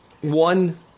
one